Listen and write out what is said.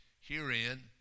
Herein